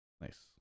Nice